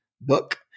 book